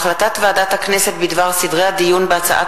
החלטת ועדת הכנסת בדבר סדרי הדיון בהצעת